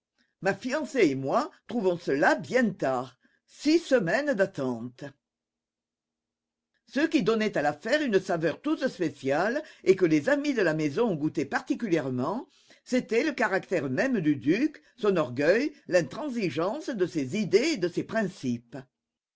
ma fiancée et moi trouvons cela bien tard six semaines d'attente ce qui donnait à l'affaire une saveur toute spéciale et que les amis de la maison goûtaient particulièrement c'était le caractère même du duc son orgueil l'intransigeance de ses idées et de ses principes